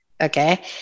okay